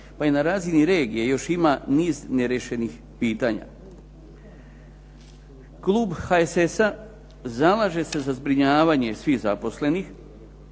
pa i na razini regije još ima niz neriješenih pitanja. Klub HSS-a zalaže se za zbrinjavanje svih zaposlenih,